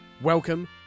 Welcome